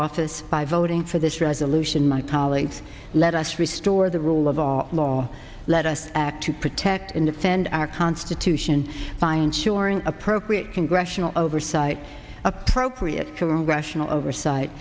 office by voting for this resolution my colleagues let us restore the rule of our law let us act to protect and defend our constitution by ensuring appropriate congressional oversight appropriate to russian all oversight